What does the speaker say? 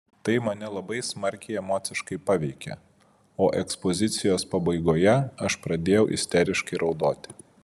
tai mane labai smarkiai emociškai paveikė o ekspozicijos pabaigoje aš pradėjau isteriškai raudoti